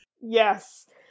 Yes